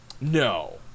No